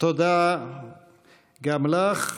תודה גם לך.